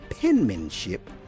penmanship